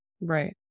Right